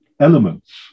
elements